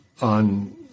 on